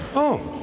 oh